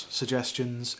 suggestions